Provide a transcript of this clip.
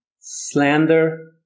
slander